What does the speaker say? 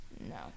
No